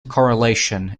correlation